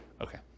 Okay